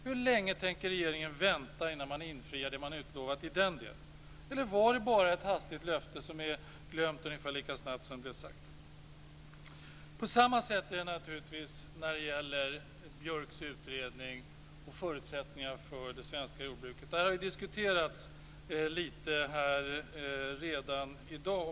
Hur länge tänker regeringen vänta innan den infriar det som den har utlovat i den delen, eller var det bara ett hastigt löfte som är glömt ungefär lika snabbt som det blev sagt? På samma sätt är det naturligtvis när det gäller Björks utredning och förutsättningarna för det svenska jordbruket. Detta har redan diskuterats lite grann här i dag.